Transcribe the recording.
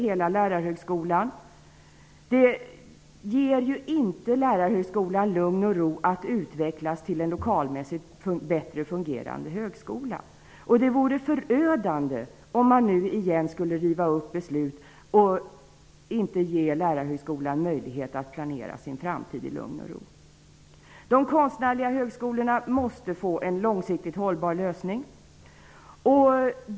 Det skulle inte ge Lärarhögskolan lugn och ro att utvecklas till en lokalmässigt bättre fungerande högskola. Det vore förödande om man återigen skulle riva upp beslutet och inte ge Lärarhögskolan möjlighet att planera sin framtid i lugn och ro. De konstnärliga högskolorna måste få en långsiktigt hållbar lösning.